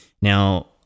Now